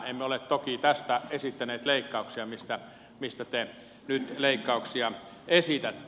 emme ole toki tästä esittäneet leikkauksia mistä te nyt leikkauksia esitätte